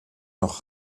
noch